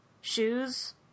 shoes